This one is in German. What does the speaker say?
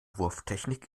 wurftechnik